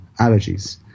allergies